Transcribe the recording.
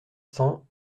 cents